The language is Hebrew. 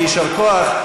ויישר כוח,